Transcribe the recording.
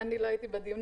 כן.